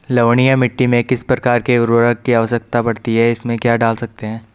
लवणीय मिट्टी में किस प्रकार के उर्वरक की आवश्यकता पड़ती है इसमें क्या डाल सकते हैं?